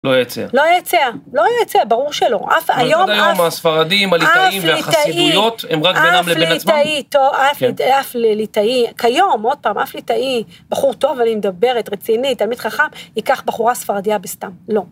לא יצא, לא יצא, ברור שלא, אף היום, אבל עוד היום הספרדים, הליטאים והחסידויות הם רק בינם לבין עצמם, אף ליטאי, טוב, אף ליטאי, כיום, עוד פעם, אף ליטאי, בחור טוב אני מדברת, רציני, תלמיד חכם, ייקח בחורה ספרדיה בסתם, לא.